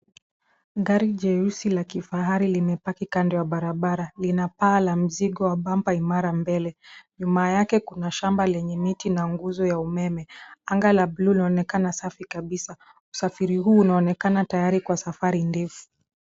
Gari jeusi la kifahari limepaki kando ya barabara. Linapaa la mzigo wa bumper imara mbele. Nyuma yake kuna shamba lenye miti la nguzo ya umeme. Anga la bluu linaonekana safi kabisa. Usafiri huu unaonekana tayari kwa safari ndefu.